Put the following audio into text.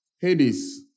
Hades